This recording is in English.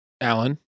alan